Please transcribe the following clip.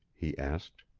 he asked.